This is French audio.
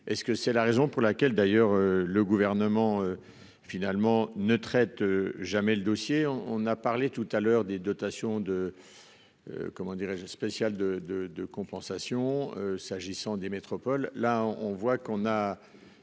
Est-ce que c'est la raison pour laquelle d'ailleurs le gouvernement. Finalement ne traitent jamais le dossier on on a parlé tout à l'heure des dotations de. Comment dirais-je spécial de de de compensation. S'agissant des métropoles là on voit qu'on a